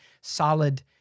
solid